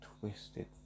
twisted